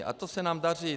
A to se nám daří.